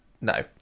No